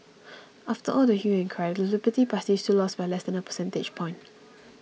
after all the hue and cry the liberal party still lost by less than a percentage point